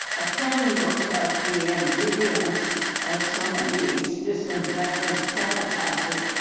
a friend looked up the ingredients of some of these disinfectant sanitizers,